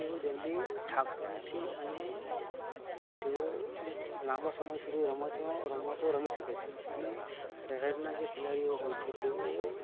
તેઓ જલ્દી થાકતા નથી અને તેઓ લાંબા સમય સુધી રમતમાં રમતો રમી શકે છે અને શહેરના જે ખેલાડીઓ હોય છે તેઓ